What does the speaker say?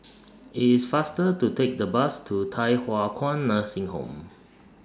IT IS faster to Take The Bus to Thye Hua Kwan Nursing Home